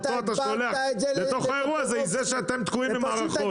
שאתה שולח אותו אל תוך האירוע הזה היא זה שאתם תקועים עם מערכות?